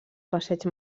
passeig